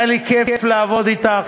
היה לי כיף לעבוד אתך.